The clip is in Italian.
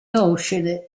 noce